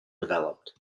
developed